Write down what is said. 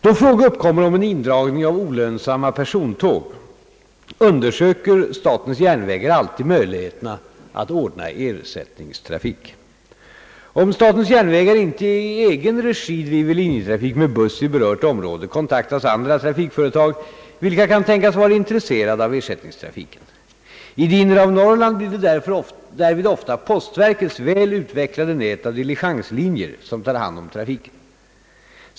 Då fråga uppkommer om indragning av olönsamma persontåg undersöker statens järnvägar alltid möjligheterna att ordna ersättningstrafik. Om statens järnvägar inte i egen regi driver linjetrafik med buss i berört område kontaktas andra trafikföretag, vilka kan tänkas vara intresserade av ersättningstrafiken. I det inre av Norrland blir det därvid ofta postverkets väl utvecklade nät av diligenslinjer som tar hand om trafiken.